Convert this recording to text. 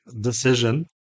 decision